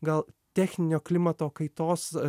gal techninio klimato kaitos